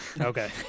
okay